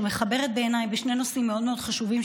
שמחברת בעיניי שני נושאים מאוד מאוד חשובים,